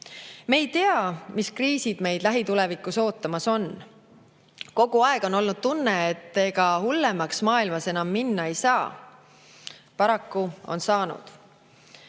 Me ei tea, mis kriisid meid lähitulevikus ootamas on. Kogu aeg on olnud tunne, et ega hullemaks maailmas enam minna ei saa. Paraku on saanud.